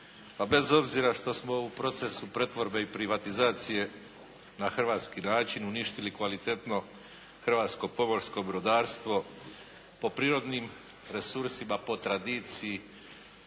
Pa bez obzira što smo u procesu pretvorbe i privatizacije na hrvatski način uništili kvalitetno hrvatsko pomorsko brodarstvo po prirodnim resursima, po tradiciji,